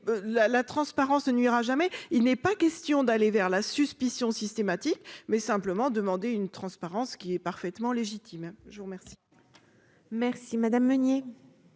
la transparence ne nuira jamais, il n'est pas question d'aller vers la suspicion systématique mais simplement demandé une transparence qui est parfaitement légitime, je vous remercie. Merci madame Meunier.